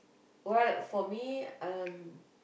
well for me um